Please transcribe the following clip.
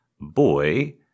Boy